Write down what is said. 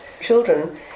Children